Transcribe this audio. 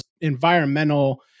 environmental